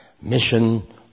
mission